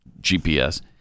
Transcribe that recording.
GPS